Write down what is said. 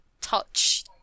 Touch